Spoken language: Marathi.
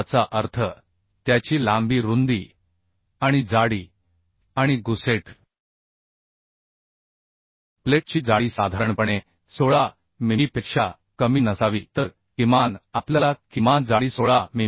याचा अर्थ त्याची लांबी रुंदी आणि जाडी आणि गुसेट प्लेटची जाडी साधारणपणे 16 मिमीपेक्षा कमी नसावी तर किमान आपल्याला किमान जाडी 16 मि